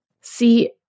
See